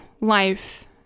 life